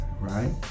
right